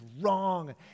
wrong